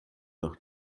nach